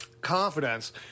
confidence